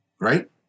right